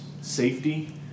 safety